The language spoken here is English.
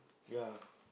ya